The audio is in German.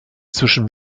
zwischen